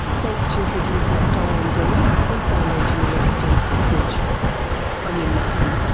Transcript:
thanks to producer diane dean and sound engineer jen parsonage i'm lynne malcolm.